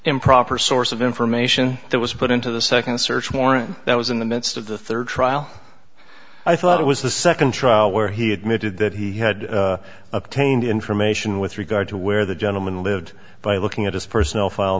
improper source of information that was put into the second search warrant that was in the midst of the third trial i thought it was the second trial where he admitted that he had obtained information with regard to where the gentleman lived by looking at his personnel file